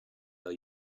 tell